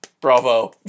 bravo